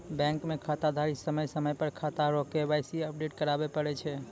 bank मे खाताधारी समय समय पर खाता रो के.वाई.सी अपडेट कराबै पड़ै छै